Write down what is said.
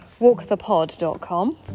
Walkthepod.com